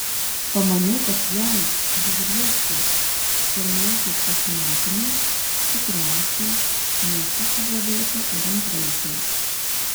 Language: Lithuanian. pamaniau kad jei bjauriesi pirmaisiais pasimatymais tikriausiai nesi sužavėta ir antraisiais